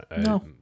No